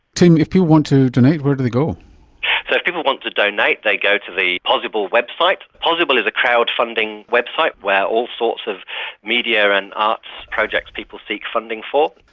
tim, if people want to donate, where do they go? so if people want to donate they go to the pozible website. pozible is a crowd funding website where all sorts of media and arts projects people seek funding for.